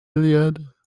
iliad